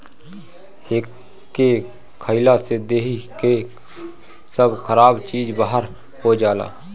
एके खइला से देहि के सब खराब चीज बहार हो जाला